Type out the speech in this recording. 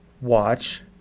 watch